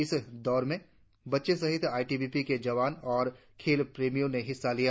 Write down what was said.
इस दौर में बच्चों सहित आई टी बी पी के जवान और खेल प्रेमियों ने हिस्सा लिया